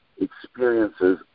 experiences